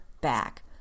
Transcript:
back